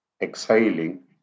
exhaling